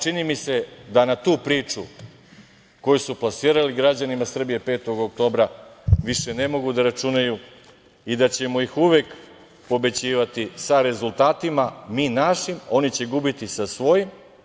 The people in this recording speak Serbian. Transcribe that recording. Čini mi se da na tu priču koju su plasirali građanima Srbije 5. oktobra, više ne mogu da računaju i da ćemo ih uvek pobeđivati sa rezultatima, mi našim, oni će gubiti sa svojim.